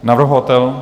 Navrhovatel?